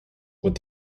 with